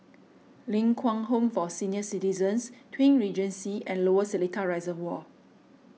Ling Kwang Home for Senior Citizens Twin Regency and Lower Seletar Reservoir